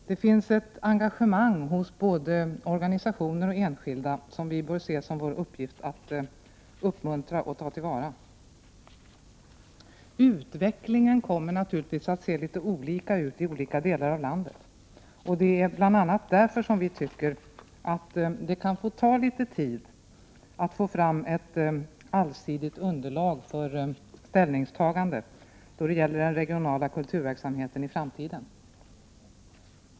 Hos både organisationer och enskilda finns ett engagemang, som vi bör se som vår uppgift att uppmuntra och ta till vara. Utvecklingen kommer naturligtvis att se litet olika ut i olika delar av landet, och det är bl.a. därför som vi tycker att det kan få ta litet tid att få fram allsidigt underlag för ställningstagande då det gäller den regionala kulturverksamheten i framtiden.